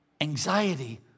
anxiety